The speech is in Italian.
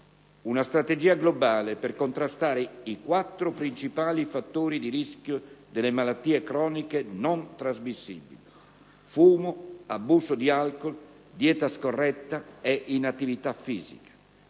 una strategia globale per contrastare i quattro principali fattori di rischio delle malattie croniche non trasmissibili (fumo, abuso di alcool, dieta scorretta e inattività fisica)